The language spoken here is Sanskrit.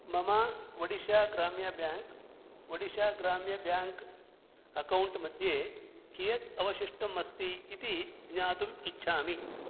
मम ओडिषा ग्राम्यः ब्याङ्क् ओडिषा ग्राम्यः ब्याङ्क् अकौण्ट् मध्ये कियत् अवशिष्टम् अस्ति इति ज्ञातुम् इच्छामि